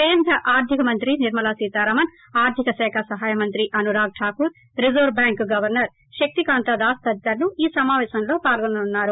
కేంద్ర ఆర్థిక మంత్రి నిర్మలా సీతారామన్ ఆర్థిక శాఖ సహాయ మంత్రి Anurag Thakur reserve bank governor Shaktikanta Das తదితరులు ఈ సమావేశంలో పాల్గొనన్నారు